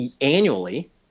annually